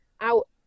out